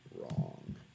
wrong